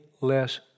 less